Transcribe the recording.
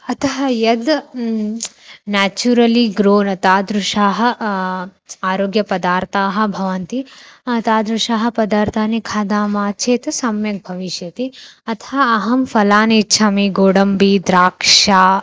अतः यद् naturally grown तादृशाः आरोग्यपदार्थाः भवन्ति तादृशां पदार्थान् खादामः चेत् सम्यक् भविष्यति अतः अहं फलानि इच्छामि गोडम्बि द्राक्षा